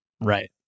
Right